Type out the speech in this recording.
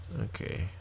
Okay